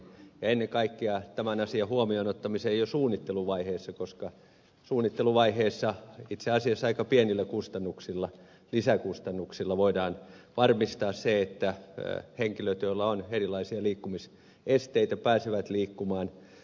ennen kaikkea tämän asian huomioon ottaminen on tärkeää jo suunnitteluvaiheessa koska suunnitteluvaiheessa itse asiassa aika pienillä lisäkustannuksilla voidaan varmistaa se että henkilöt joilla on erilaisia liikkumisesteitä pääsevät liikkumaan